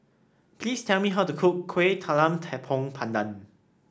please tell me how to cook Kuih Talam Tepong Pandan